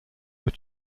were